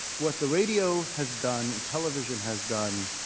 what the radio has done, and television has done,